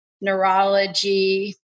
neurology